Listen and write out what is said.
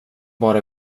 bara